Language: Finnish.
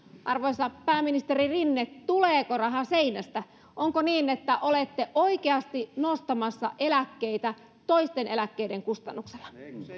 arvoisa pääministeri rinne tuleeko raha seinästä onko niin että olette oikeasti nostamassa eläkkeitä toisten eläkkeiden kustannuksella